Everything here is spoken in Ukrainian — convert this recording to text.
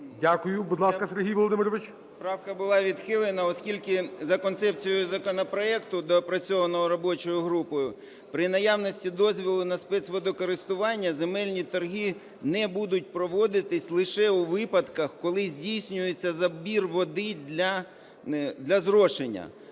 Дякую. Будь ласка, Сергій Володимирович. 16:19:30 ХЛАНЬ С.В. Правка була відхилена, оскільки за концепцією законопроекту, доопрацьованого робочою групою, при наявності дозволу на спецводокористування земельні торги не будуть проводитися лише у випадках, коли здійснюється забір води для зрошення.